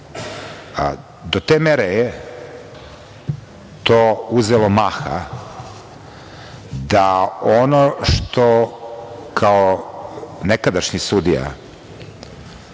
te mere je to uzelo maha da ono što kao nekadašnji sudija